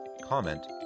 comment